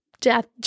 death